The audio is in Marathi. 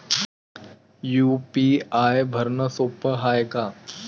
यू.पी.आय भरनं सोप हाय का?